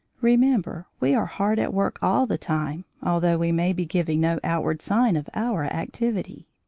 remember we are hard at work all the time although we may be giving no outward sign of our activity.